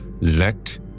let